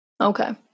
Okay